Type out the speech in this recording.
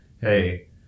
Hey